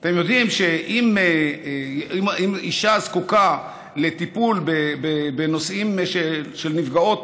אתם יודעים שאם אישה זקוקה לטיפול בנושאים של נפגעות